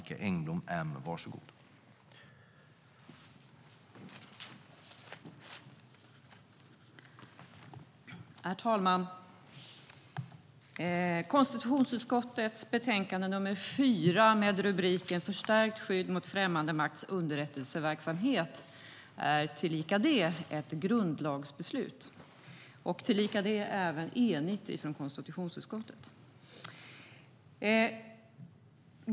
Konstitutionsutskottets betänkande nr 4 med titeln Förstärkt skydd mot främmande makts underrättelseverksamhet handlar också om ett grundlagsbeslut, och även där är konstitutionsutskottet enigt.